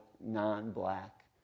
non-black